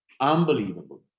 unbelievable